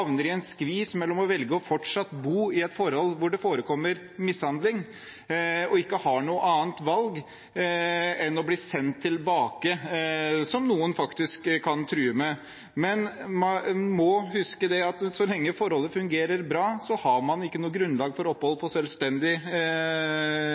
i en skvis mellom å velge å fortsette å bo i et forhold hvor det forekommer mishandling, og ikke ha noe annet valg enn å bli sendt tilbake, som noen faktisk kan true med. Men man må huske at så lenge forholdet fungerer bra, har man ikke noe behov for opphold